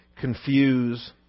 confuse